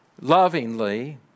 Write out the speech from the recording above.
lovingly